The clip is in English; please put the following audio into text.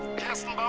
castle.